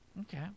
Okay